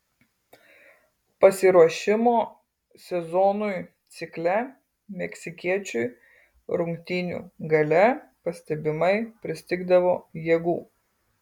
pasiruošimo sezonui cikle meksikiečiui rungtynių gale pastebimai pristigdavo jėgų